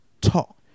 talk